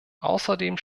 außerdem